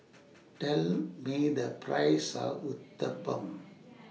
Tell Me The priceS of Uthapam